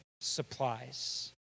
supplies